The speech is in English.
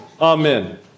amen